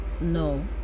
no